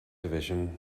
division